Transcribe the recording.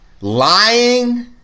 lying